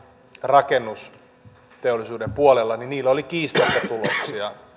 rakennusteollisuuden puolella oli kiistatta tuloksia